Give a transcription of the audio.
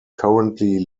currently